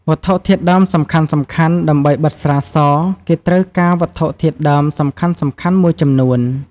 វត្ថុធាតុដើមសំខាន់ៗ ដើម្បីបិតស្រាស គេត្រូវការវត្ថុធាតុដើមសំខាន់ៗមួយចំនួន។